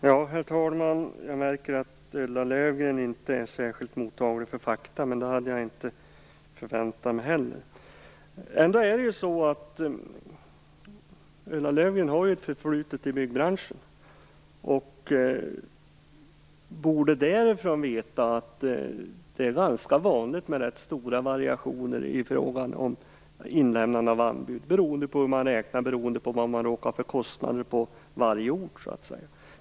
Herr talman! Jag märker att Ulla Löfgren inte är särskilt mottaglig för fakta, men det hade jag inte heller förväntat mig. Ändå har Ulla Löfgren ett förflutet i byggbranschen och borde därför veta att det är ganska vanligt med rätt stora variationer i fråga om inlämnande av anbud, beroende på hur man räknar och vad man råkar ha för kostnader på olika orter.